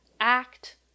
act